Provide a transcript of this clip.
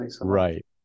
Right